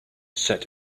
set